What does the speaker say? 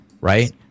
right